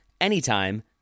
anytime